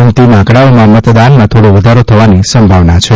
અંતિમ આંકડાઓમાં મતદાનમાં થોડો વધારો થવાની સંભાવના છે